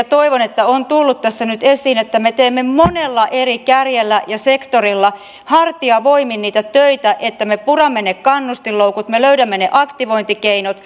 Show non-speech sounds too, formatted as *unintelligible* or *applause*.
*unintelligible* toivon että tässä on tullut nyt esiin että me teemme monella eri kärjellä ja sektorilla hartiavoimin niitä töitä että me puramme ne kannustinloukut me löydämme ne aktivointikeinot *unintelligible*